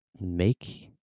make